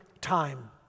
time